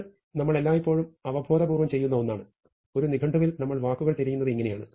ഇത് നമ്മൾ എല്ലായ്പ്പോഴും അവബോധപൂർവ്വം ചെയ്യുന്ന ഒന്നാണ് ഒരു നിഘണ്ടുവിൽ നമ്മൾ വാക്കുകൾ തിരയുന്നത് ഇങ്ങനെയാണ്